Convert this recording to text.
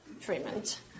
treatment